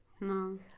No